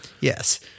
Yes